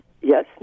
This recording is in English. Yes